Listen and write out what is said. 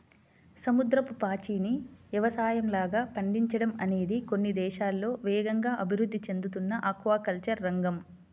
సముద్రపు పాచిని యవసాయంలాగా పండించడం అనేది కొన్ని దేశాల్లో వేగంగా అభివృద్ధి చెందుతున్న ఆక్వాకల్చర్ రంగం